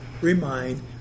remind